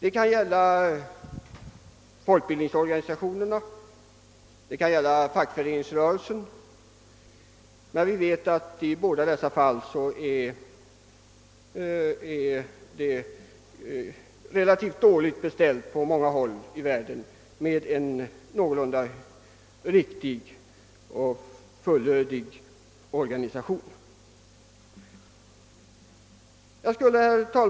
Likaså kan folkbildningsorganisationerna och fack föreningsrörelsen göra goda insatser. Det är två områden där det på många håll i världen är ganska dåligt beställt med ett riktigt och fullödigt organisationsliv.